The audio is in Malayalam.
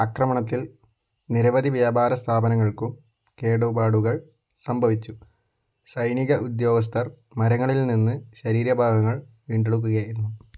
അക്രമണത്തിൽ നിരവധി വ്യാപാര സ്ഥാപനങ്ങൾക്കു കേടുപാടുകൾ സംഭവിച്ചു സൈനിക ഉദ്യോഗസ്ഥർ മരങ്ങളിൽ നിന്ന് ശരീരഭാഗങ്ങൾ വീണ്ടെടുക്കുകയായിരുന്നു